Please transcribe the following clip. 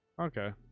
okay